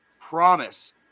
promise